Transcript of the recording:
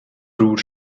broer